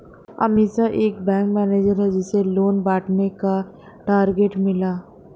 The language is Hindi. अमीषा एक बैंक मैनेजर है जिसे लोन बांटने का टारगेट मिला